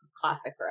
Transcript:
classic